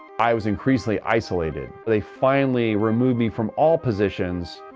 i was increasingly isolated. they finally removed me from all positions,